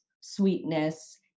sweetness